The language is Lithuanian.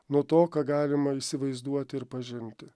nuo to ką galima įsivaizduoti ir pažinti